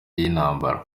y’intambara